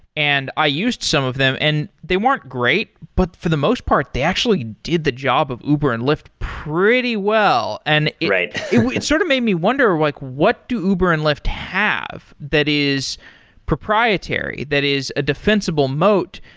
and i used some of them and they weren't great, but for the most part they actually did the job of uber and lyft pretty well and right it and sort of made me wonder like what do uber and lyft have that is proprietary, that is a defensible moat,